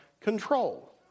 control